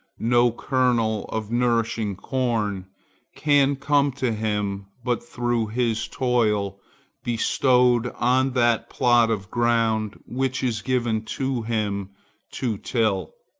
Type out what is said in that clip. no kernel of nourishing corn can come to him but through his toil bestowed on that plot of ground which is given to him to till.